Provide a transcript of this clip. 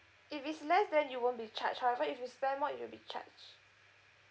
if it's less then you won't be charge however if you spend more it'll be charged